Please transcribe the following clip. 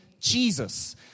Jesus